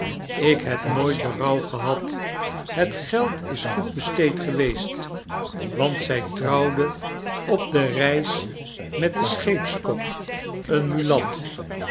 ik heb ook nooit berouw gehad het geld is goed besteed geweest want zij trouwde op de reis met den scheepskok een